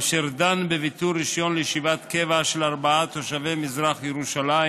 אשר דן בביטול רישיון לישיבת קבע של ארבעה תושבי מזרח ירושלים